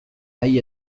nahi